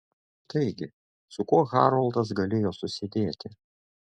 taigi su kuo haroldas galėjo susidėti